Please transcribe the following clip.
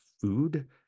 food